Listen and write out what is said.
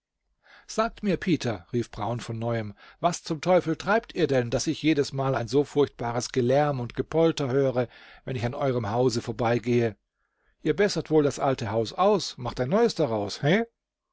sagt mir peter rief brown von neuem was zum teufel treibt ihr denn daß ich jedesmal ein so furchtbares gelärm und gepolter höre wenn ich an eurem hause vorbeigehe ihr bessert wohl das alte haus aus macht ein neues daraus he